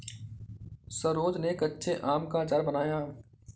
सरोज ने कच्चे आम का अचार बनाया